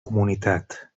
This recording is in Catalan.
comunitat